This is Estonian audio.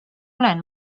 olen